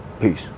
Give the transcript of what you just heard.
Peace